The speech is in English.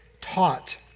taught